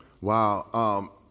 Wow